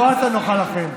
הסיטואציה נוחה לכם.